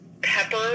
Pepper